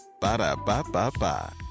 Ba-da-ba-ba-ba